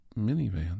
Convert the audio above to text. minivan